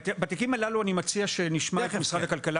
בתיקים הללו אני מציע שנשמע את משרד הכלכלה